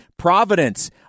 Providence